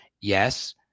Yes